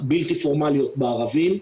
בלתי פורמליות בערבים,